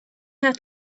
have